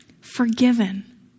forgiven